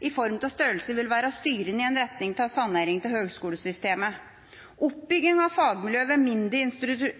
i form av størrelse – vil være styrende i retning av sanering av høgskolesystemet. Oppbygging av fagmiljøer ved mindre